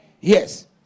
Yes